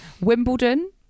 Wimbledon